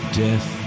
death